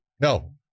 No